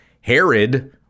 Herod